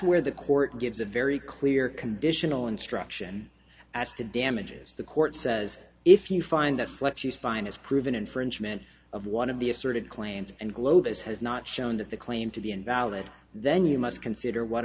where the court gives a very clear conditional instruction as to damages the court says if you find that fleshy spine is prove an infringement of one of the asserted claims and globus has not shown that the claim to be invalid then you must consider what